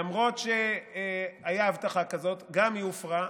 למרות שהייתה הבטחה כזאת, גם היא הופרה.